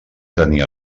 tenia